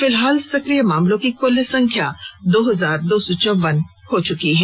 फिलहाल सक्रिय मामलों की कुल संख्या दो हजार दो सौ चौवन हो चुकी है